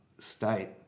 State